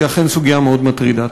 שהיא אכן סוגיה מאוד מטרידה.